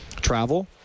travel